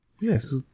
Yes